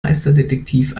meisterdetektiv